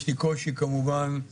יש לי כמובן קושי